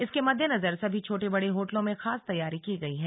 इसके मद्देनजर सभी छोटे बड़े होटलों में खास तैयारी की गई है